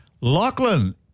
Lachlan